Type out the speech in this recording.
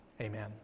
Amen